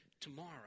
tomorrow